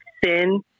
thin